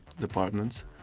departments